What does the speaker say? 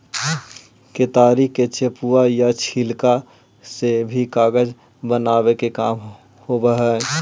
केतारी के चेपुआ या छिलका से भी कागज बनावे के काम होवऽ हई